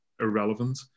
irrelevant